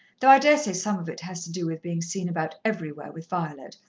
though i daresay some of it has to do with being seen about everywhere with violet,